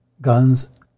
guns